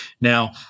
Now